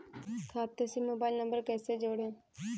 खाते से mobile number कैसे जोड़ें?